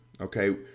okay